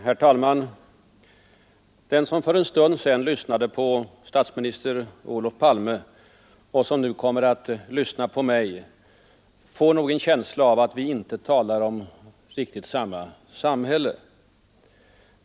Herr talman! De som för en stund sedan lyssnade på statsminister Olof Palme och som nu kommer att lyssna på mig får nog en känsla av att vi inte talar om riktigt samma samhälle.